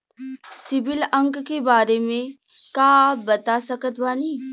CIBIL अंक के बारे मे का आप बता सकत बानी?